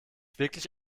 wirklich